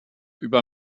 über